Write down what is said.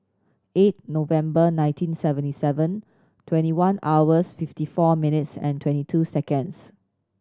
eight November nineteen seventy seven twenty one hours fifty four minutes and twenty two seconds